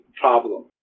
problem